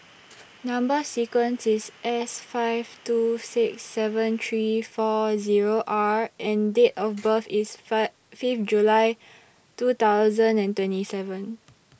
Number sequence IS S five two six seven three four Zero R and Date of birth IS Fifth July two thousand and twenty seven